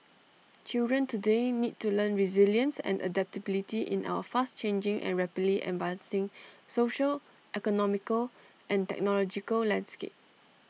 children today need to learn resilience and adaptability in our fast changing and rapidly advancing social economical and technological landscape